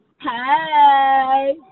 hi